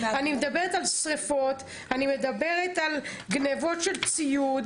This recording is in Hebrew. אני מדברת על שריפות, על גניבות של ציוד.